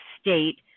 state